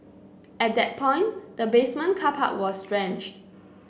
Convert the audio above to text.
at that point the basement car park was drenched